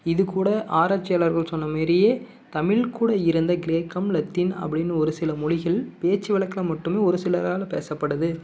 இதுக்கூட ஆராய்ச்சியாளர்கள் சொன்ன மாரியே தமிழ் கூட இருந்த கிரேக்கம் லத்தின் அப்படின்னு ஒரு சில மொழிகள் பேச்சு வழக்கில் மட்டுமே ஒரு சிலரால் பேசப்படுது